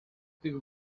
tych